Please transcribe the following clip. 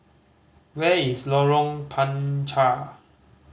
where is Lorong Panchar